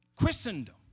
Christendom